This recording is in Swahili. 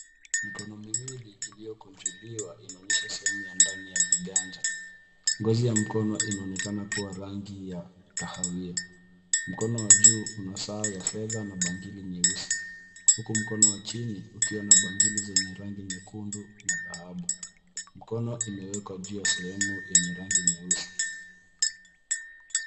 Mikono miwili iliyokunjuliwa, inaonyesha sehemu ya ndani ya viganja. Ngozi ya mkono inaonekana kuwa rangi ya kahawia. Mkono wa juu una saa ya fedha na bangili nyeusi, huku mkono wa chini ukiwa na bangili zenye rangi nyekundu na dhahabu. Mikono imewekwa juu ya sehemu yenye rangi nyeusi.